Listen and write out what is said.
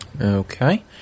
Okay